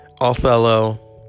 Othello